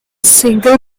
single